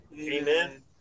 Amen